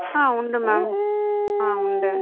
ஆ உண்டு மேம் ஆ உண்டு